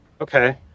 Okay